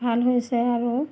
ভাল হৈছে আৰু